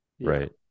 Right